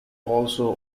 also